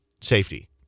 safety